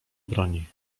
broni